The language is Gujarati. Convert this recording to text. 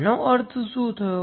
તો આનો અર્થ શું થયો